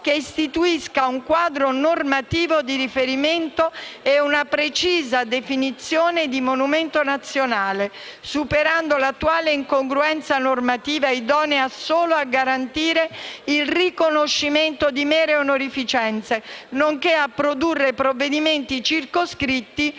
che istituisca un quadro normativo di riferimento e una precisa definizione di monumento nazionale, superando l'attuale incongruenza normativa, idonea solo a garantire il riconoscimento di mere onorificenze, nonché a produrre provvedimenti circoscritti